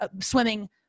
swimming